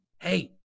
hey